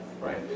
right